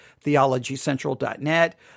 theologycentral.net